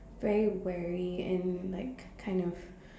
very wary and like kind of